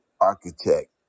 architect